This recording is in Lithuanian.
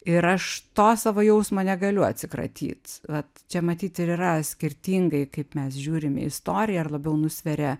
ir aš to savo jausmo negaliu atsikratyt vat čia matyt ir yra skirtingai kaip mes žiūrim į istoriją ir labiau nusveria